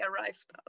arrived